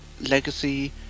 Legacy